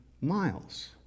miles